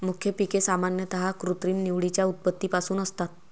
मुख्य पिके सामान्यतः कृत्रिम निवडीच्या उत्पत्तीपासून असतात